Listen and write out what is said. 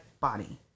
body